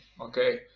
okay